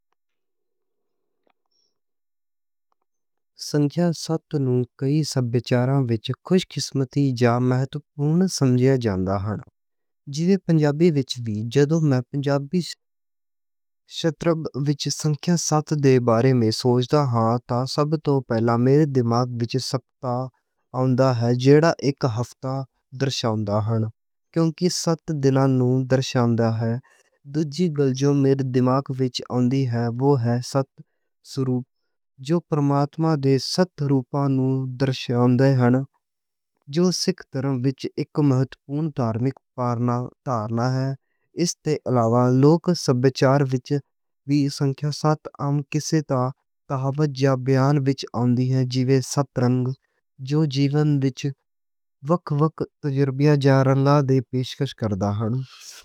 نمبر سات نوں کئی سبھی وچاراں وچ خوش قسمتی یا مہتوپورن سمجھے جاندے ہن۔ جیویں پنجابی وچ وی جدوں میں پنجابی شطرب وچ۔ نمبر سات دے بارے وچ سوچدا ہاں سب توں پہلا میرے دماغ وچ سات آندا ہن۔ جیڑا اک ہفتہ درساؤندا ہے کیوں کہ سات دنہاں نوں درساؤندا ہن۔ دوجی گل جو میرے دماغ وچ آندی ہے او ہے سات سروپ۔ جو پرماتما دے سات روپاں نوں درساؤندے ہن۔ جو سکھ ترم وچ اک مہتوپورن دھارمک پرنا ہن۔ اس توں علاوہ لوک سبچار وچ وی نمبر سات عام کسے تہ وچ جا بیان وچ آندی ہن۔ جو سات رنگ جو زندگی وچ وکھ وکھ تجربیاں جا رنگاں دے۔ پیش کش کردا ہن۔